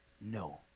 No